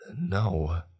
No